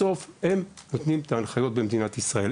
בסוף הוא נותן את ההנחיות במדינת ישראל.